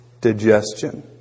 digestion